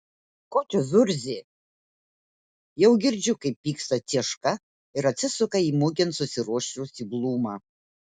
ko čia zurzi jau girdžiu kaip pyksta cieška ir atsisuka į mugėn susiruošusį blūmą